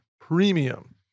premium